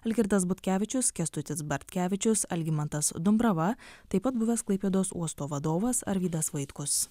algirdas butkevičius kęstutis bartkevičius algimantas dumbrava taip pat buvęs klaipėdos uosto vadovas arvydas vaitkus